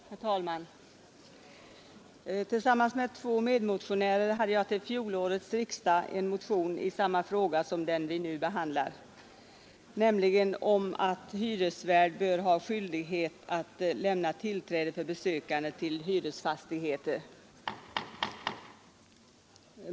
Herr talman! Tillsammans med två medmotionärer hade jag till fjolårets riksdag en motion i samma fråga som den vi nu behandlar, nämligen att hyresvärd bör ha skyldighet att lämna tillträde för besökare till hyresfastigheter.